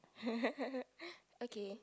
okay